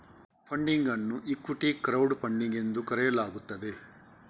funding ಅನ್ನು equity crowd funding ಎಂದು ಕರೆಯಲಾಗುತ್ತದೆ